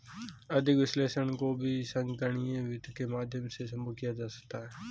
आर्थिक विश्लेषण को भी संगणकीय वित्त के माध्यम से सम्भव किया जा सकता है